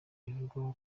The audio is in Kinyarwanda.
ivugwaho